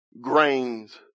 grains